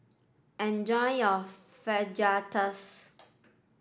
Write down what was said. enjoy your Fajitas